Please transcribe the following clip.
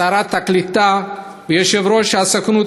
שרת העלייה והקליטה ויושב-ראש הסוכנות